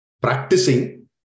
practicing